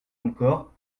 encore